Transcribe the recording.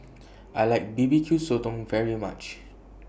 I like B B Q Sotong very much